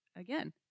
again